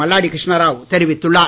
மல்லாடி கிருஷ்ணாராவ் தெரிவித்துள்ளார்